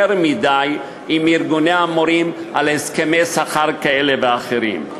מדי עם ארגוני המורים על הסכמי שכר כאלה ואחרים.